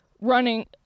running